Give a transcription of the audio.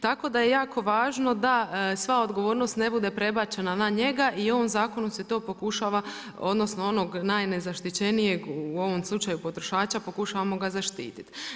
Tako da je jako važno da sva odgovornost ne bude prebačena na njega i on, zakonom, se to pokušava, odnosno onog najnezaštićenijeg u ovom slučaju potrošača pokušavamo ga zaštiti.